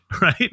Right